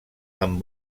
amb